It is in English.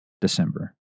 December